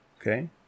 Okay